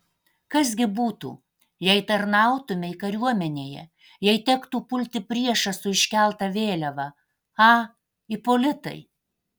kas gi būtų jei tarnautumei kariuomenėje jei tektų pulti priešą su iškelta vėliava a ipolitai